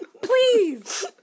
please